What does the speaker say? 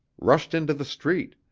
rushed into the street,